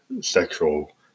sexual